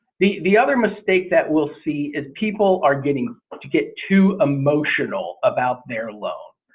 the the other mistake that we'll see is people are getting to get too emotional about their loan.